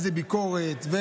איזה ביקורת.